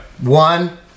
one